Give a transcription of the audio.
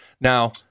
Now